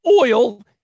oil